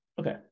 Okay